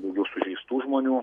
daugiau sužeistų žmonių